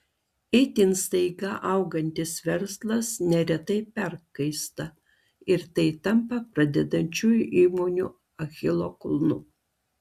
itin staiga augantis verslas neretai perkaista ir tai tampa pradedančiųjų įmonių achilo kulnu